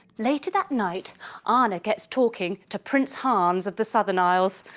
later that night anna gets talking to prince hans of the southern isles.